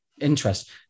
interest